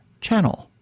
channel